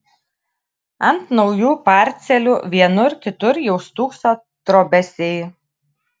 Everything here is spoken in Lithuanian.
ant naujų parcelių vienur kitur jau stūkso trobesiai